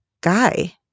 guy